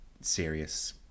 serious